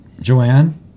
Joanne